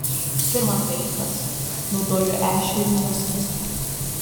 pirmas dalykas naudoju ešerį neskustą